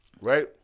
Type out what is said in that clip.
right